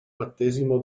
battesimo